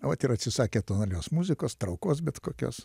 vat ir atsisakė tonalios muzikos traukos bet kokios